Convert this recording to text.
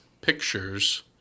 pictures